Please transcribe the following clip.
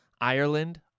Ireland